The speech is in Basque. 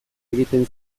egiten